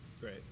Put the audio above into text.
great